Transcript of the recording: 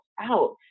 out